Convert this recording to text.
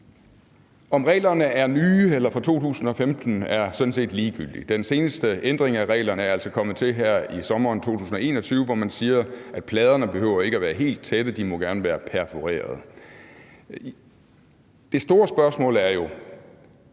Om reglerne er nye eller fra 2015 er sådan set ligegyldigt. Den seneste ændring af reglerne er altså kommet til her i sommeren 2021, hvor man siger, at pladerne ikke behøver at være helt tætte – de må gerne være perforeret. Det store spørgsmål er jo: